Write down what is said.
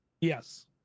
Yes